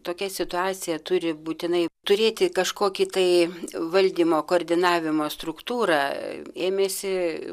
tokia situacija turi būtinai turėti kažkokį tai valdymo koordinavimo struktūrą ėmėsi